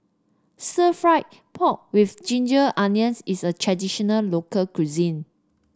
stir fry pork with Ginger Onions is a traditional local cuisine